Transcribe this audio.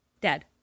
dead